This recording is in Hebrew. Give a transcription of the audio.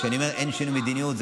כשאני אומר שאין שינוי מדיניות,